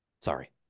Sorry